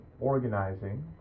organizing